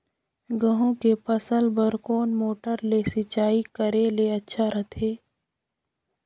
गहूं के फसल बार कोन मोटर ले सिंचाई करे ले अच्छा रथे?